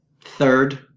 third